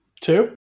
Two